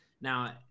now